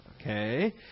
Okay